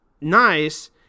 nice